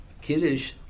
Kiddush